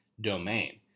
domain